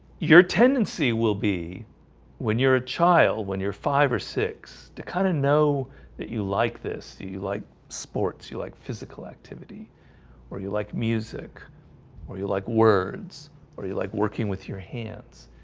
your tendency will be when you're a child when you're five or six to kind of know that you like this you like sports you like physical activity or you like music or you like words or you like working with your hands?